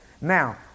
Now